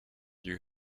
you